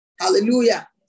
Hallelujah